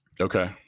Okay